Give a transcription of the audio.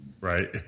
Right